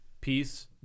peace